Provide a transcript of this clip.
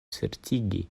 certigi